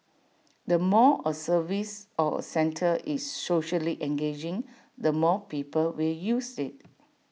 the more A service or centre is socially engaging the more people will use IT